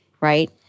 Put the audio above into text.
right